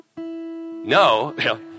No